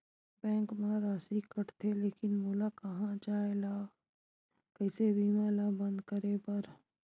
Bank मा राशि कटथे लेकिन मोला कहां जाय ला कइसे बीमा ला बंद करे बार?